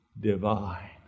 divine